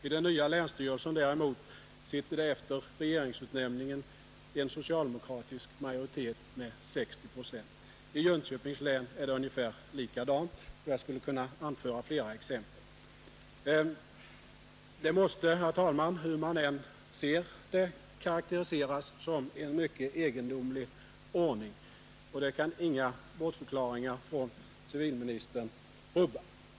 I den nya länsstyrelsen däremot sitter efter regeringsutnämningen en socialdemokratisk majoritet med 60 procent. I Jönköpings län är det ungefär likadant, och jag skulle kunna anföra flera exempel. Detta måste, herr talman, hur man än ser det karakteriseras som en mycket egendomlig ordning, och det kan inga bortförklaringar från civilministerns sida rubba.